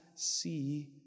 see